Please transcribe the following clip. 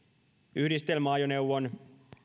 yhdistelmäajoneuvon